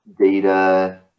data